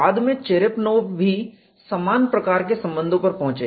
बाद में चेरेपनोव भी समान प्रकार के संबंधों पर पहुंचे